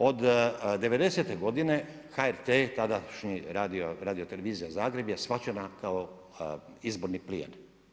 Od 90-te godine HRT-e tadašnji Radio televizija Zagreb je shvaćena kao izborni plijen.